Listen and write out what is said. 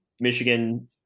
Michigan